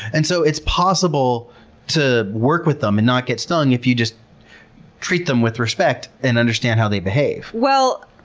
and so it's possible to work with them and not get stung if you just treat them with respect and understand how they behave. well,